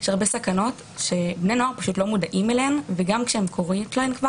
יש הרבה סכנות לא מודעים אליהן וכשקורה להם,